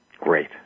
Great